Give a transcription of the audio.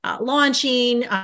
launching